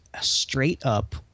straight-up